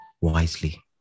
wisely